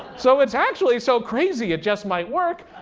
so it's actually so crazy it just might work,